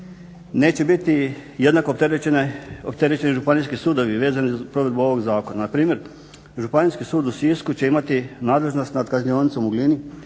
Neće biti jednako opterećeni županijski sudovi vezani za provedbu ovog zakona. Npr. Županijski sud u Sisku će imati nadležnost nad Kaznionicom u Glini